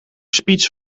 speech